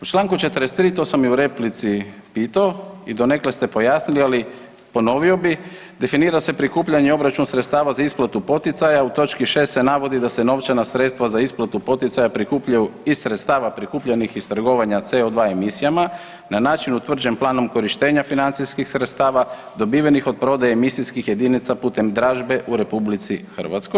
U čl. 43. to sam i u replici pitao i donekle ste pojasnili, ali ponovio bih definira se prikupljanje obračuna sredstava za isplatu poticaja u točki 6 se navodi da se novčana sredstva za isplatu poticaja prikupljaju iz sredstava prikupljenih iz trgovanja CO2 emisijama na način utvrđen planom korištenja financijskih sredstava dobivenih od prodaje emisijskih jedinica putem dražbe u RH.